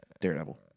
Daredevil